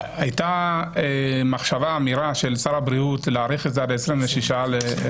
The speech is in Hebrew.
הייתה מחשבה או אמירה של שר הבריאות להאריך את זה עד 26 לחודש.